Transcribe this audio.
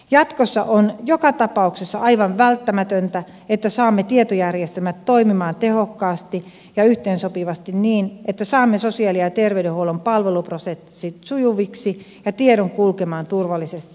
jatkossa on joka tapauksessa aivan välttämätöntä että saamme tietojärjestelmät toimimaan tehokkaasti ja yhteensopivasti niin että saamme sosiaali ja terveydenhuollon palveluprosessit sujuviksi ja tiedon kulkemaan turvallisesti